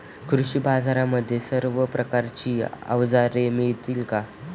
कृषी बाजारांमध्ये सर्व प्रकारची अवजारे मिळतील का?